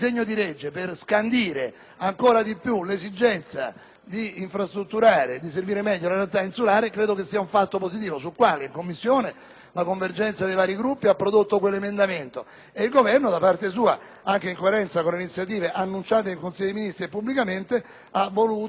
di infrastrutturare e di servire meglio la realtà insulare, sia un fatto positivo. In Commissione la convergenza dei vari Gruppi ha prodotto l'emendamento 21.701; il Governo, da parte sua, in coerenza con iniziative annunciate in Consiglio dei Ministri e pubblicamente, ha voluto scandire in questa fase (dopo averlo detto, per la verità, anche in Commissione)